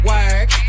Work